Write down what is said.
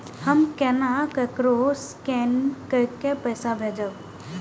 हम केना ककरो स्केने कैके पैसा भेजब?